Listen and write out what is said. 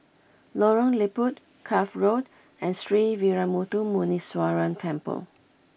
Lorong Liput Cuff Road and Sree Veeramuthu Muneeswaran Temple